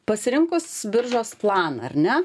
pasirinkus biržos planą ar ne